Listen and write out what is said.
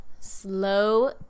slow